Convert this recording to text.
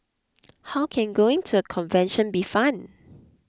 how can going to a convention be fun